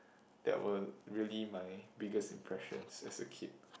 that were really my biggest impressions as a kid